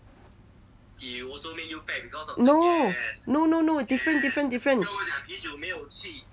no no no no different different different